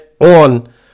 on